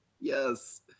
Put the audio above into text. Yes